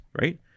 right